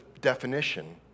definition